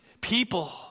people